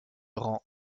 rend